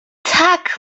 tak